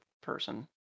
person